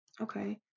okay